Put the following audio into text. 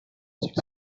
six